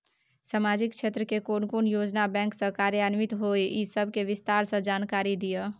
सामाजिक क्षेत्र के कोन कोन योजना बैंक स कार्यान्वित होय इ सब के विस्तार स जानकारी दिय?